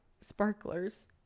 sparklers